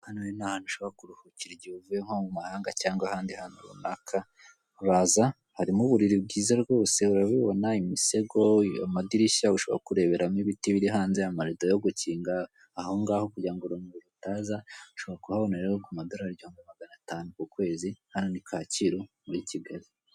Hano rero ni ahantu ushobora kuruhukira igihe uvuye nko mu mahanga cyangwa ahandi hantu runaka, uraza harimo uburiri bwiza rwose urabibona, imisego, amadirishya ushobora kureberamo ibiti biri hanze amalido yo gukinga aho ngaho kugirango urumuri rutaza ushobora kubahobona rero ku madorari igihumbi magana atanu ku kwezi, hano ni Kacyiru muri Kigali.